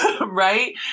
right